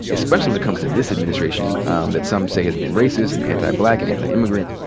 especially when it comes to this administration um that some say has been racist and anti-black, and anti-immigrant,